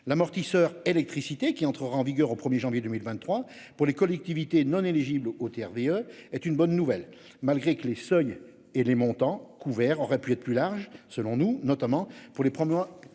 l'amortisseur électricité qui entrera en vigueur au 1er janvier 2023 pour les collectivités non éligibles DE est une bonne nouvelle malgré que les seuils et les montants couvert aurait pu être plus large, selon nous, notamment pour les prendre